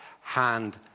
hand